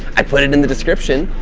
i put it in the description,